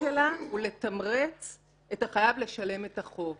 הוא לתמרץ את החייב לשלם את החוב.